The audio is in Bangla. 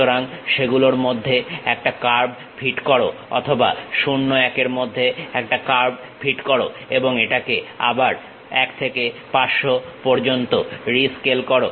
সুতরাং সেগুলোর মধ্যে একটা কার্ভ ফিট করো অথবা 0 1 এর মধ্যে একটা কার্ভ ফিট করো এবং এটাকে আবার 1 থেকে 500 পর্যন্ত রিস্কেল করো